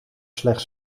slechts